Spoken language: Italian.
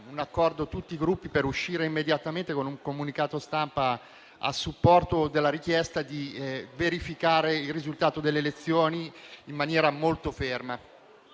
un accordo per far uscire immediatamente un comunicato stampa a supporto della richiesta di verificare il risultato delle elezioni in maniera molto ferma.